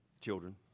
children